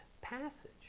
passage